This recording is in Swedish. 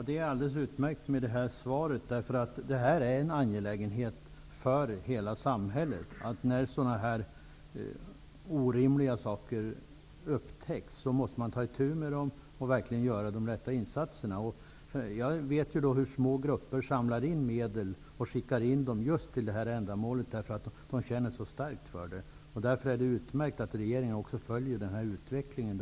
Herr talman! Det här svaret är alldeles utmärkt. Detta är en angelägenhet för hela samhället. När sådana orimliga saker upptäcks måste man ta itu med dem och göra de rätta insatserna. Jag vet att små grupper samlar in medel och skickar in dem till just det här ändamålet, därför att de känner så starkt för det. Därför är det utmärkt att också regeringen följer utvecklingen.